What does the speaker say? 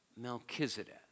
Melchizedek